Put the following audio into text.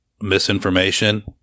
misinformation